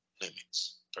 limits